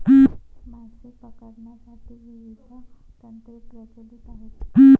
मासे पकडण्यासाठी विविध तंत्रे प्रचलित आहेत